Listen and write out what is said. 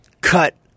cut